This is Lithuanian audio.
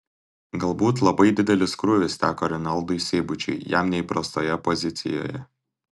galbūt labai didelis krūvis teko renaldui seibučiui jam neįprastoje pozicijoje